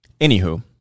anywho